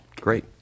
Great